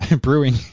Brewing